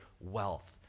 wealth